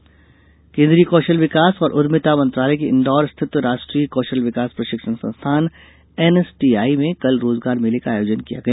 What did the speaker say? रोजगार मेला केन्द्रीय कौशल विकास और उद्यमिता मंत्रालय के इंदौर स्थित राष्ट्रीय कौशल विकास प्रशिक्षण संस्थान एनएसटीआई में कल रोजगार मेले का आयोजन किया गया